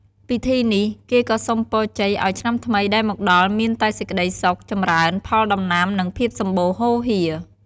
ពិធីនេះ គេក៏សុំពរជ័យឲ្យឆ្នាំថ្មីដែលមកដល់មានតែសេចក្តីសុខ ចម្រើនផលដំណាំ និងភាពសម្បូរហូរហៀរ។